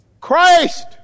Christ